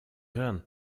hören